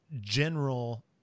general